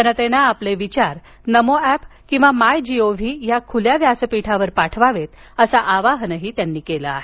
जनतेनं आपले विचार नमो एप किंवा माय जीओ व्ही या खुल्या व्यासपीठावर पाठवावेत असं आवाहन त्यांनी केलं आहे